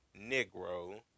Negro